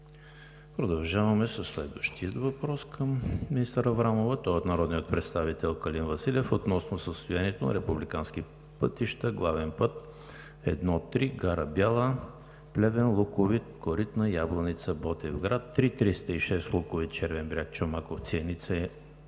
Продължаваме със следващия въпрос към министър Аврамова. Той е от народния представител Калин Василев относно състоянието на републикански пътища: главен път I-3 Гара Бяла – Плевен – Луковит – Коритна – Ябланица – Ботевград; III-306 Луковит – Червен бряг – Чомаковци – Еница – Кнежа